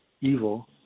evil